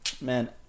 man